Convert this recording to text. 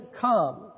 come